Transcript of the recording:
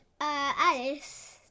Alice